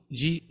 de